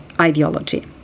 ideology